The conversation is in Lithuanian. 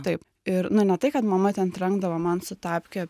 taip ir na ne tai kad mama ten trenkdavo man su tapke